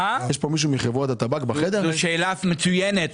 שאלה מצוינת.